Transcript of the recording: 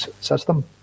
system